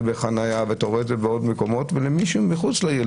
בחניה ואתה רואה את זה בעוד מקומות ולמי שהוא מחוץ לעיר,